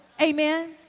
amen